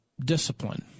discipline